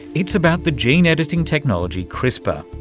it's about the gene-editing technology crispr.